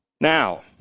Now